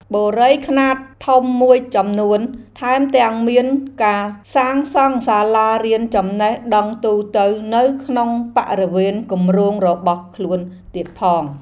បុរីខ្នាតធំមួយចំនួនថែមទាំងមានការសាងសង់សាលារៀនចំណេះដឹងទូទៅនៅក្នុងបរិវេណគម្រោងរបស់ខ្លួនទៀតផង។